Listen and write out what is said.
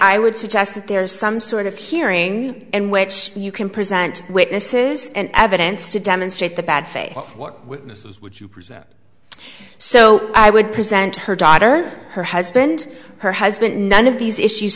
i would suggest that there is some sort of hearing and which you can present witnesses and evidence to demonstrate the bad faith what witnesses would you present so i would present her daughter her husband her husband none of these issues